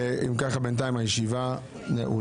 אם ככה, בינתיים הישיבה נעולה.